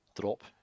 Drop